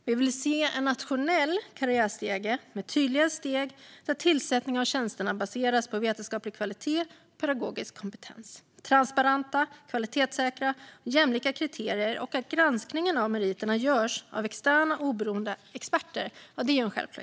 Vi vill se en nationell karriärstege med tydliga steg, där tillsättningen av tjänsterna baseras på vetenskaplig kvalitet och pedagogisk kompetens. Transparenta, kvalitetssäkra och jämlika kriterier är en självklarhet, liksom att granskningen av meriterna görs av externa, oberoende experter.